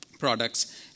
products